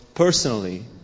personally